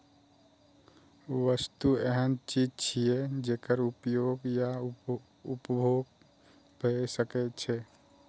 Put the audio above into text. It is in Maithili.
वस्तु एहन चीज छियै, जेकर उपयोग या उपभोग भए सकै छै